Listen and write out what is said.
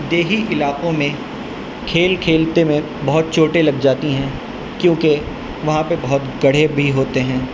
دیہی علاقوں میں کھیل کھیلتے میں بہت چوٹیں لگ جاتی ہیں کیونکہ وہاں پہ بہت گڑھے بھی ہوتے ہیں